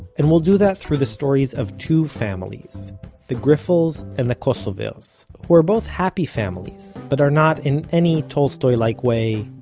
and we'll do that through the stories of two families the griffels and the kosovers who are both happy families, but are not, in any tolstoy-like way,